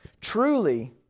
Truly